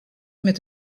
met